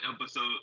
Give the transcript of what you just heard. episode